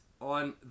on